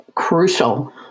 Crucial